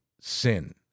sin